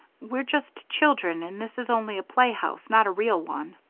we're just children and this is only a playhouse, not a real one.